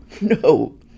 no